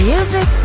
Music